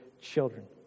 children